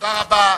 תודה רבה.